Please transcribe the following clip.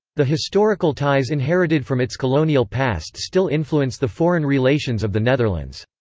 the historical ties inherited from its colonial past still influence the foreign relations of the netherlands.